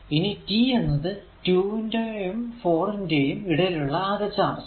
ഇനി t എന്നത് 2 ന്റെയും 4 ന്റെയും ഇടയിലുള്ള അകെ ചാർജ്